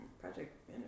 Project